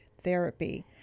therapy